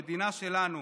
המדינה שלנו,